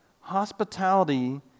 Hospitality